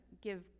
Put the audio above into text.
give